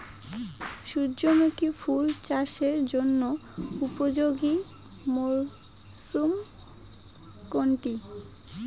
সূর্যমুখী ফুল চাষের জন্য উপযোগী মরসুম কোনটি?